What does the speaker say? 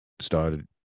Started